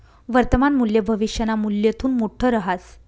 वर्तमान मूल्य भविष्यना मूल्यथून मोठं रहास